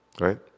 right